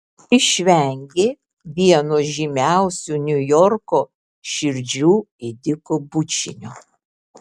išvengė vieno žymiausių niujorko širdžių ėdikų bučinio